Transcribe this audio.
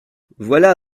voilà